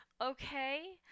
Okay